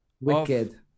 Wicked